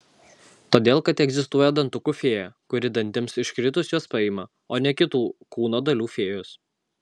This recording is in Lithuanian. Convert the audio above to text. todėl kad egzistuoja dantukų fėja kuri dantims iškritus juos paima o ne kitų kūno dalių fėjos